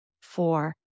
four